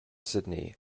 sidney